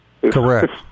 Correct